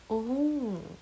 oh